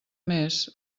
més